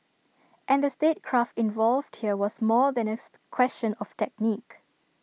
and the statecraft involved here was more than A question of technique